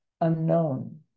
unknown